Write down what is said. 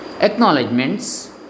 Acknowledgements